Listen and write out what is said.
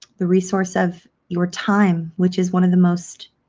the resource of your time which is one of the most